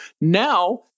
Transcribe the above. now